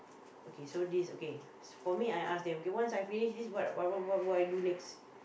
okay so this okay for me I ask them okay once I finish this what what what I do next